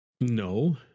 No